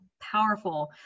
powerful